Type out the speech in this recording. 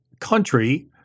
country